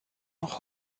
noch